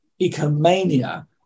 ecomania